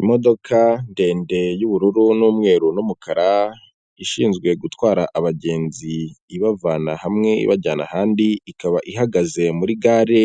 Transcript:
Imodoka ndende y'ubururu n'umweru n'umukara ishinzwe gutwara abagenzi ibavana hamwe ibajyana ahandi, ikaba ihagaze muri gare